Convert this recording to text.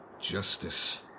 justice